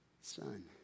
son